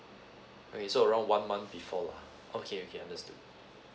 okay so around one month before lah okay okay understood